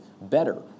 better